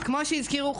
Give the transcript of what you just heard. כמו שהזכירו,